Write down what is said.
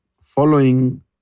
following